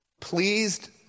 pleased